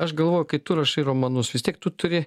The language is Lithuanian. aš galvoju kai tu rašai romanus vis tiek tu turi